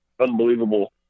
Unbelievable